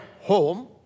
home